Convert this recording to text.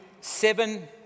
seven